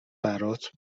برات